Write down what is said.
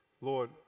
Lord